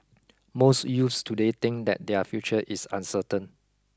most youths today think that their future is uncertain